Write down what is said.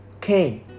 Cain